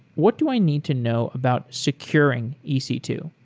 what do i need to know about securing e c two?